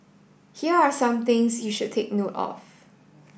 here are some things you should take note of